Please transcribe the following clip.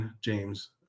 James